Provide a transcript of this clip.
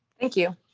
thank you.